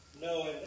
No